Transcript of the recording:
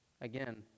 Again